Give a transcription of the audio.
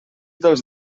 dels